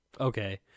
Okay